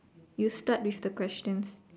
you start with the questions